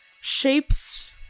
shapes